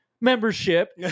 membership